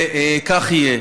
וכך יהיה.